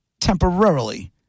temporarily